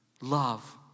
love